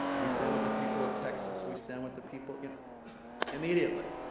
we stand with the people of texas, we stand with the people immediately.